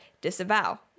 Disavow